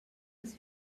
las